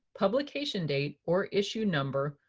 publication date, or issue number,